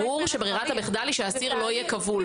ברור שברירת המחדל היא שהאסיר לא יהיה כבול.